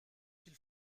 qu’il